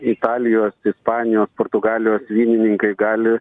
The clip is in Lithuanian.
italijos ispanijos portugalijos vynininkai gali